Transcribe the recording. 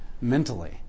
mentally